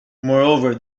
moreover